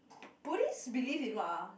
Buddhist believe in what ah